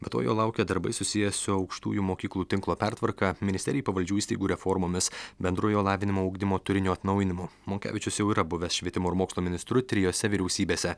be to jo laukia darbai susiję su aukštųjų mokyklų tinklo pertvarka ministerijai pavaldžių įstaigų reformomis bendrojo lavinimo ugdymo turinio atnaujinimu monkevičius jau yra buvęs švietimo ir mokslo ministru trijose vyriausybėse